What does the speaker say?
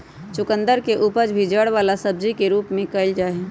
चुकंदर के उपज भी जड़ वाला सब्जी के रूप में कइल जाहई